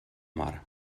mar